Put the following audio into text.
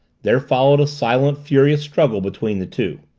there followed a silent, furious struggle between the two.